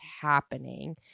happening